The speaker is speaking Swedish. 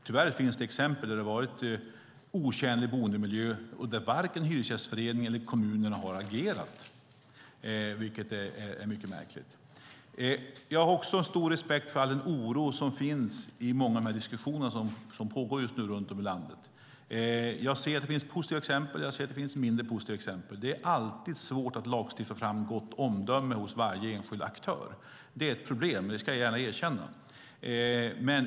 Tyvärr finns det exempel där det har varit otjänlig boendemiljö och där varken Hyresgästföreningen eller kommunerna har agerat, vilket är mycket märkligt. Jag har också stor respekt för all den oro som finns i många av de diskussioner som pågår just nu runt om i landet. Det finns positiva exempel men också mindre positiva exempel. Det är alltid svårt att lagstifta fram gott omdöme hos varje enskild aktör. Det är ett problem, och det ska jag gärna erkänna.